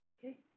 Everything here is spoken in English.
Okay